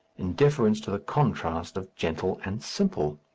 in deference to the contrast of gentle and simple.